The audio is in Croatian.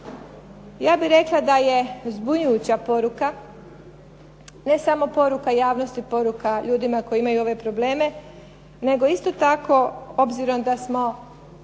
Ja bih rekla da je zbunjujuća poruka, ne samo poruka javnosti, poruka ljudima koji imaju ove probleme, nego isto tako obzirom da smo